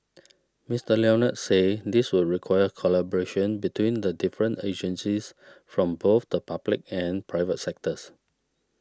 Mister Leonard said this would require collaboration between the different agencies from both the public and private sectors